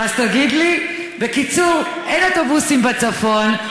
בקיצור, אין אוטובוסים בצפון.